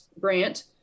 grant